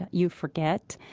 you forget,